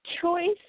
choice